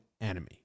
enemy